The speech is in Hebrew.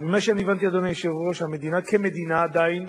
כשברשות המתנדבים